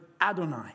Adonai